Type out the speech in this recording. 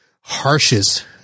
harshest